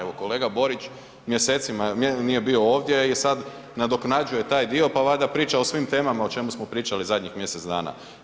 Evo kolega Borić mjesecima nije bio ovdje i sada nadoknađuje taj dio pa valjda priča o svim temama o čemu smo pričali zadnjih mjesec dana.